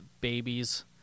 babies